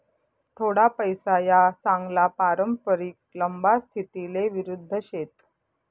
थोडा पैसा या चांगला पारंपरिक लंबा स्थितीले विरुध्द शेत